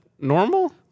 normal